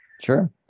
Sure